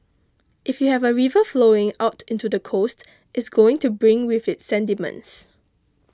if you have a river flowing out into the coast it's going to bring with it sediments